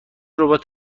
ربات